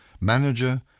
manager